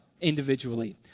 individually